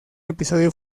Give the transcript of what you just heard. episodio